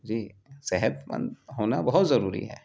جی صحت مند ہونا بہت ضروری ہے